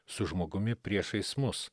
su žmogumi priešais mus